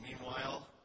Meanwhile